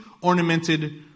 ornamented